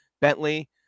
bentley